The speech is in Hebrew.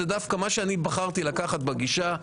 זה דווקא מה שאני רוצה לקחת בגישה.